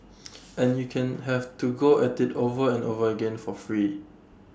and you can have to go at IT over and over again for free